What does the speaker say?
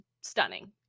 stunning